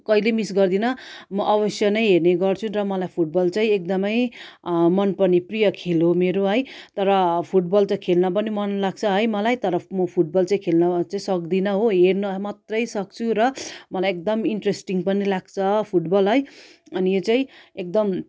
कहिले मिस गर्दिनँ म अवश्य नै हेर्ने गर्छु र मलाई फुट बल चाहिँ एकदम मन पर्ने प्रिय खेल हो मेरो है तर फुट बल त खेल्न पनि मन लाग्छ है मलाई तर म फुट बल चाहिँ खेल्न चाहिँ सक्दिनँ हो हेर्न मात्रै सक्छु र मलाई एकदम इन्ट्रेस्टिङ पनि लाग्छ फुट बल है अनि यो चाहिँ एकदम